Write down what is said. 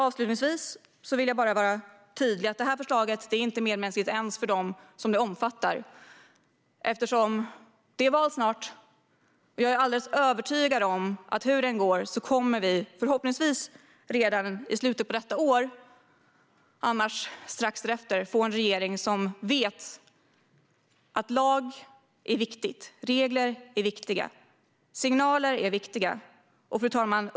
Avslutningsvis vill jag bara vara tydlig: Det här förslaget är inte medmänskligt ens för dem som det omfattar. Det är snart val. Jag är alldeles övertygad om att vi, hur det än går, förhoppningsvis redan i slutet på detta år, annars strax därefter, kommer att få en regering som vet att lagar, regler och signaler är viktiga. Fru talman!